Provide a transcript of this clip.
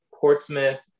Portsmouth